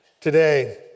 today